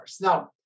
Now